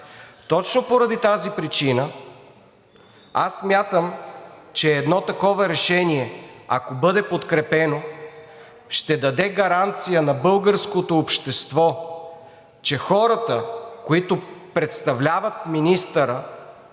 Точно поради тази причина смятам, че едно такова решение, ако бъде подкрепено, ще даде гаранция на българското общество, че хората, които представляват министъра